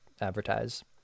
advertise